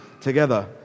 together